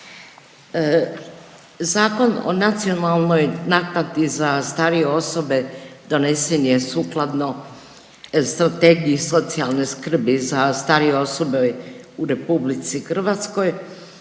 Zakon o nacionalnoj naknadi za starije osobe donesen je sukladno Strategiji socijalne skrbi za starije osobe u RH koji